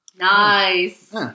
Nice